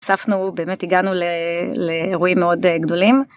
צפנו באמת הגענו לאירועים מאוד גדולים.